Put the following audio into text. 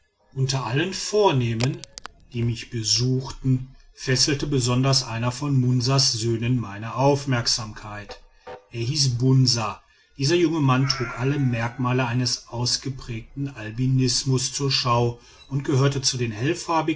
unter allen vornehmen die mich besuchten fesselte besonders einer von munsas söhnen meine aufmerksamkeit er hieß bunsa dieser junge mann trug alle merkmale eines ausgeprägten albinismus zur schau und gehörte zu den